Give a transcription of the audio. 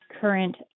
current